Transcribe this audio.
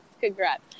congrats